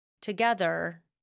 together